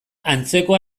antzeko